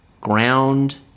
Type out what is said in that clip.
Ground